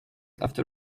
after